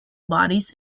bodies